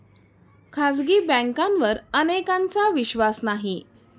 खाजगी बँकांवर अनेकांचा विश्वास नाही